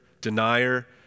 denier